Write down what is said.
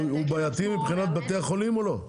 הוא בעייתי מבחינת בתי החולים או לא?